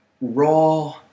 raw